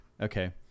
Okay